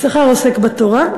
יששכר עוסק בתורה,